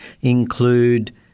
include